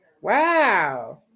wow